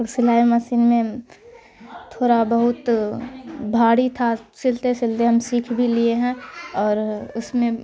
سلائی مشین میں تھوڑا بہت بھاری تھا سلتے سلتے ہم سیکھ بھی لیے ہیں اور اس میں